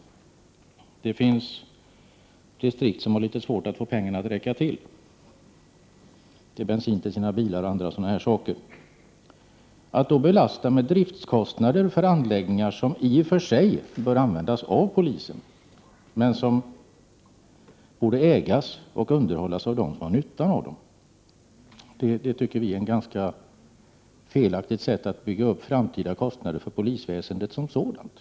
Det finns distrikt som har svårt att få pengarna att räcka till bensin för bilarna och en del andra saker. Att då belasta polisen med driftskostnader för anordningar, som i och för sig bör användas av polisen men som borde ägas och underhållas av dem som har nytta av dem, tycker vi är ett felaktigt sätt att bygga upp framtida kostnader för polisväsendet som sådant.